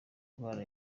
ndwara